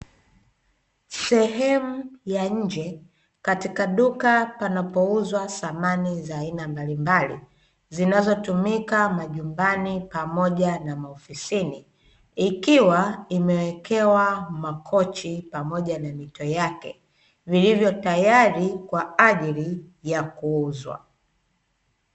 Sehemu ya nje katika duka panapozwa samani za aina mbalimbali zinazotumika majumbani pamoja na maofisini ikiwa imewekewa makochi pamoja na mito yake viliyo tayari kwa ajili ya kuuzwa.